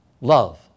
Love